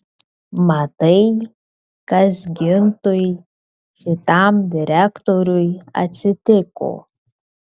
matai kas gintui šitam direktoriui atsitiko